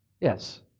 Yes